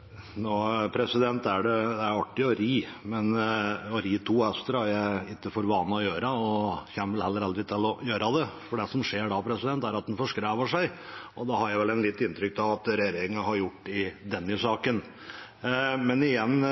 ikke for vane å gjøre og kommer vel heller aldri til å gjøre det. For det som skjer da, er at en forskrever seg, og det har jeg vel litt inntrykk av at regjeringen har gjort i denne saken. Men igjen: